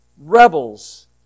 rebels